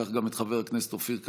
כך גם את חבר הכנסת אופיר כץ,